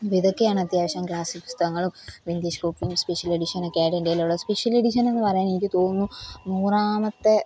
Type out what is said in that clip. അപ്പോള് ഇതൊക്കെയാണ് അത്യാവശ്യം ക്ലാസിക് പുസ്തകങ്ങളും ഇംഗ്ലീഷ് കോപ്പി സ്പെഷ്യൽ എഡിഷനൊക്കെയായിട്ട് എൻ്റെ കയ്യിലുള്ളത് സ്പെഷ്യൽ എഡിഷനെന്ന് പറയാൻ എനിക്ക് തോന്നുന്നു നൂറാമത്തെ